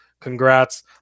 congrats